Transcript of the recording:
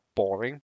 boring